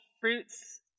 fruits